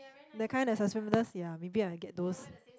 that kind the suspenders ya maybe I get those